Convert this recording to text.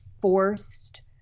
forced